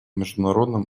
международном